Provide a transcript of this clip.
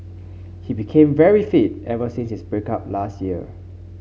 he became very fit ever since his break up last year